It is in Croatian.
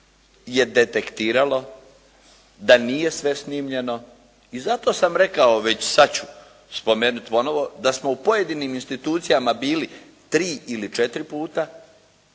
je detektiralo da nije sve snimljeno i zato sam rekao već sad ću spomenuti ponovo da smo u pojedinim institucijama bili tri ili četiri puta